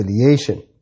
affiliation